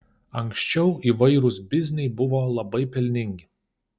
anksčiau įvairūs bizniai buvo labai pelningi